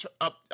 up